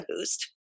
boost